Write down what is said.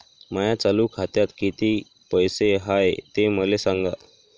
माया चालू खात्यात किती पैसे हाय ते मले सांगा